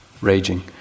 raging